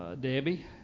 Debbie